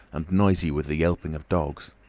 and noisy with the yelping of dogs.